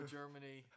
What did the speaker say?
Germany